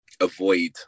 avoid